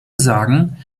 sagen